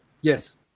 Yes